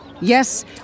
Yes